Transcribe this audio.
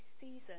season